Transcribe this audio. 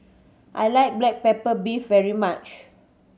I like black pepper beef very much